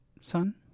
Son